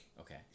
okay